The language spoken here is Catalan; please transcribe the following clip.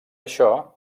això